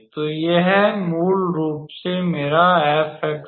तो यह मूल रूप से मेरा 𝑓𝑥 𝑦 है